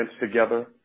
together